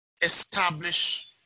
establish